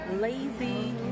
lazy